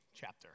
chapter